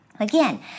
Again